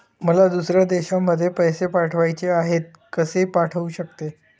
मला दुसऱ्या देशामध्ये पैसे पाठवायचे आहेत कसे पाठवू शकते?